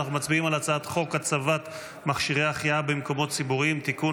אנחנו מצביעים על הצעת חוק הצבת מכשירי החייאה במקומות ציבוריים (תיקון,